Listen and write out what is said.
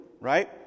right